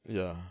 ya